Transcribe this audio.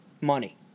money